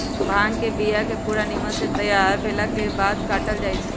भांग के बिया के पूरा निम्मन से तैयार भेलाके बाद काटल जाइ छै